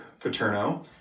Paterno